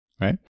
right